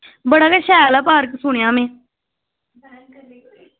बड़ा गै शैल ऐ पार्क सुनेआ मैं